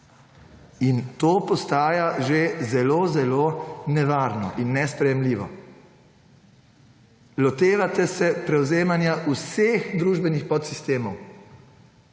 In to postaja že zelo, zelo nevarno in nesprejemljivo. Lotevate se prevzemanja vseh družbenih podsistemov.